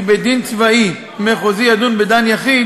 כי בית-דין צבאי מחוזי ידון בדן יחיד